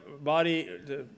body